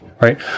right